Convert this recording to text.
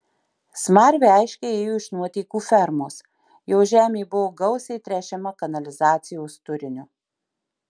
smarvė aiškiai ėjo iš nuotėkų fermos jos žemė buvo gausiai tręšiama kanalizacijos turiniu